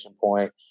point